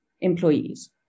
employees